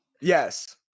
Yes